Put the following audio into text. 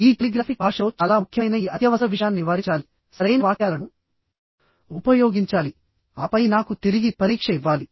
ఈ టెలిగ్రాఫిక్ భాషలో చాలా ముఖ్యమైన ఈ అత్యవసర విషయాన్ని నివారించాలి సరైన వాక్యాలను ఉపయోగించాలి ఆపై నాకు తిరిగి పరీక్ష ఇవ్వాలి